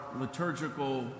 liturgical